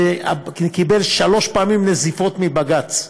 וקיבל שלוש פעמים נזיפות מבג"ץ,